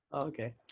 Okay